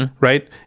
Right